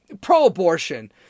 Pro-abortion